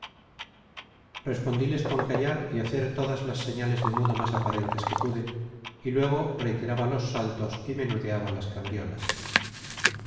respondíles con callar y hacer todas las señales de mudo más aparentes que pude y luego reiteraba los saltos y menudeaba las cabriolas